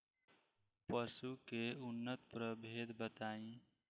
पशु के उन्नत प्रभेद बताई?